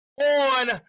...on